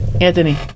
Anthony